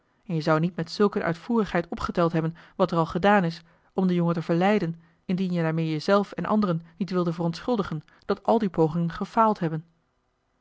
en je zou niet met zulk een uitvoerigheid opgeteld hebben wat er al gedaan is om den jongen te verleiden indien je daarmee je zelf en anderen niet wilde verontschuldigen dat al die pogingen gefaald hebben